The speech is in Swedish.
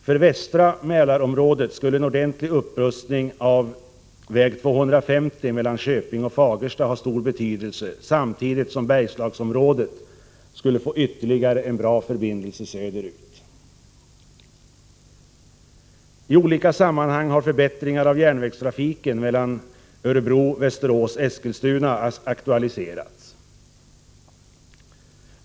För västra Mälarområdet skulle en ordentlig upprustning av väg 250 mellan Köping och Fagersta ha stor betydelse, samtidigt som Bergslagsområdet skulle få ytterligare en bra förbindelse söderut. I olika sammanhang har förbättringar av järnvägstrafiken Örebro Västerås-Stockholm aktualiserats.